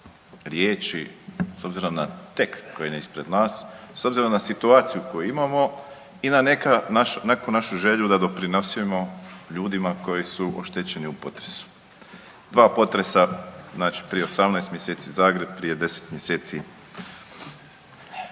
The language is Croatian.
riječi. S obzirom na tekst koji je ispred nas, s obzirom na situaciju koju imamo i na neku našu želju da doprinosimo ljudima koji su oštećeni u potresu. Dva potresa, znači prije 18 mjeseci Zagreb, prije 10 mjeseci